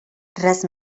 res